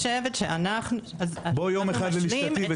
בואי יום אחד ללשכתי.